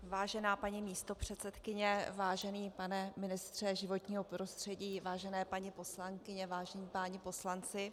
Vážená paní místopředsedkyně, vážený pane ministře životního prostředí, vážené paní poslankyně, vážení páni poslanci.